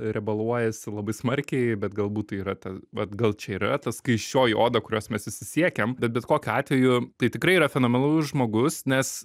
riebaluojasi labai smarkiai bet galbūt tai yra ta vat gal čia yra ta skaisčioji oda kuriuos mes visi siekiam bet bet kokiu atveju tai tikrai yra fenomenalus žmogus nes